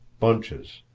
bunches,